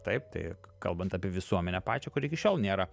taip tai kalbant apie visuomenę pačią kuri iki šiol nėra